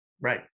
Right